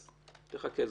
אז תחכה.